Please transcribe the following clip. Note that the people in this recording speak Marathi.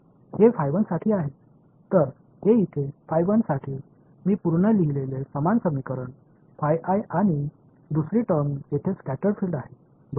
हे साठी आहे तर हे इथे साठी मी पूर्वी लिहिलेले समान समीकरण आणि दुसरे टर्म येथे स्कॅटर्ड फील्ड आहे बरोबर